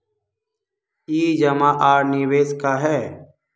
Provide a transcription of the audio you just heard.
ई जमा आर निवेश का है?